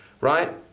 right